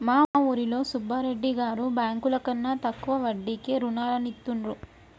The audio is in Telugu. మా ఊరిలో సుబ్బిరెడ్డి గారు బ్యేంకుల కన్నా తక్కువ వడ్డీకే రుణాలనిత్తండ్రు